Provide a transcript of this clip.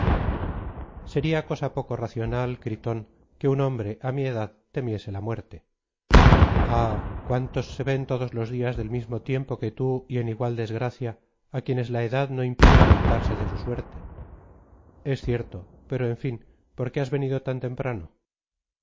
sería cosa poco racional gritón que un hombre á mi edad temiese la muerte i ahí cuántos se ven todos los dias del mismo tiempo que tú y en igual desgracia á quienes la edad no impide lamentarse de su suerte i es cierto pero en fin por qué has venido tan